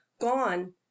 gone